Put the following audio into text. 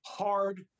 hard